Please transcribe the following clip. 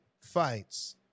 fights